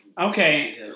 Okay